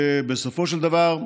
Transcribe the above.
ובסופו של דבר,